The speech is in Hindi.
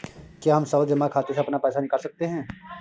क्या हम सावधि जमा खाते से अपना पैसा निकाल सकते हैं?